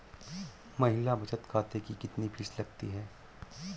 महिला बचत खाते की कितनी फीस लगती है?